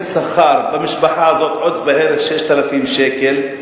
שכר במשפחה הזו של עוד בערך 6,000 שקל,